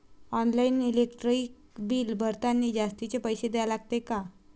Online electric bill भरतानी जास्तचे पैसे द्या लागते का?